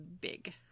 big